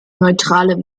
neutrale